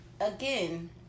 Again